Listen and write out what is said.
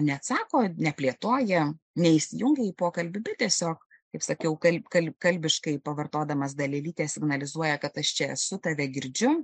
neatsako neplėtoja neįsijungė į pokalbį bet tiesiog kaip sakiau kal kal kalbiškai pavartodamas dalelytę signalizuoja kad aš čia esu tave girdžiu